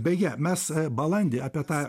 beje mes balandį apie tą